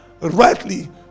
rightly